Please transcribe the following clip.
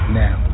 now